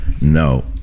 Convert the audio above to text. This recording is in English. No